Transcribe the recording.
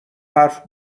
حرف